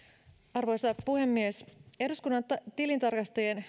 arvoisa puhemies eduskunnan tilintarkastajien